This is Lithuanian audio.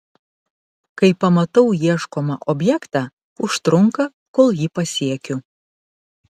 kai pamatau ieškomą objektą užtrunka kol jį pasiekiu